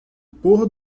pôr